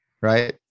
Right